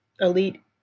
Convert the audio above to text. elite